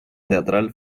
teatral